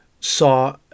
saw